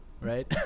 right